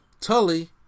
Tully